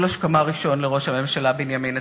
השכמה ראשון לראש הממשלה בנימין נתניהו,